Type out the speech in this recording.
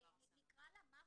נקרא לה --- 'מרסה'.